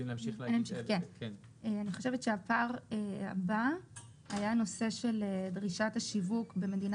אני חושבת שהפער הבא היה הנושא של דרישת השיווק במדינה